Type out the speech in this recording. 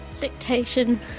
dictation